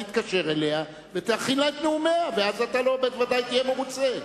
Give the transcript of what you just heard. תתקשר אליה ותכין לה את נאומיה ואז בוודאי תהיה מרוצה.